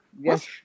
Yes